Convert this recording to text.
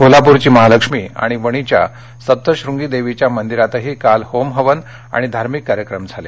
कोल्हाप्रची महालक्ष्मी आणि वणीच्या सप्तशंगी देवीच्या मंदिरातही काल होमहवन आणि धार्मिक कार्यक्रम झाले